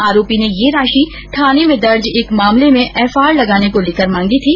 आरोपी ने ये राशि थाने में दर्ज एक मामले में एफआर लगाने को लेकर मांगी थी